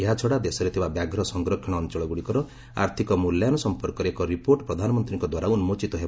ଏହାଛଡ଼ା ଦେଶରେ ଥିବା ବ୍ୟାଘ୍ର ସଂରକ୍ଷଣ ଅଞ୍ଚଳଗୁଡ଼ିକର ଆର୍ଥିକ ମୂଲ୍ୟାୟନ ସମ୍ପର୍କରେ ଏକ ରିପୋର୍ଟ ପ୍ରଧାନମନ୍ତ୍ରୀଙ୍କ ଦ୍ୱାରା ଉନ୍ନୋଚିତ ହେବ